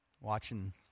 watching